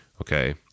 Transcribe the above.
Okay